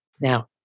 Now